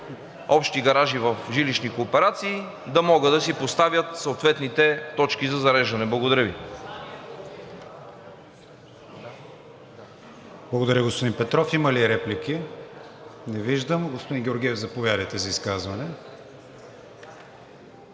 общи гаражи в жилищни кооперации, да могат да си поставят съответните точки за зареждане. Благодаря Ви. ПРЕДСЕДАТЕЛ КРИСТИАН ВИГЕНИН: Благодаря, господин Петров. Има ли реплики? Не виждам. Господин Георгиев, заповядайте за изказване.